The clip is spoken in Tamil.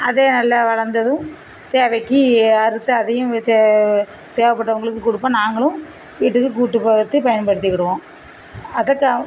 அதே நல்லா வளர்ந்ததும் தேவைக்கு அறுத்து அதையும் தே தேவைப்பட்டவங்களுக்கு கொடுப்போம் நாங்களும் வீட்டுக்கு கூட்டு பயன்படுத்திக்கிடுவோம்